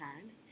times